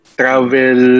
travel